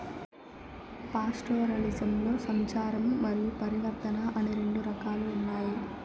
పాస్టోరలిజంలో సంచారము మరియు పరివర్తన అని రెండు రకాలు ఉన్నాయి